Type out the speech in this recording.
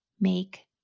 make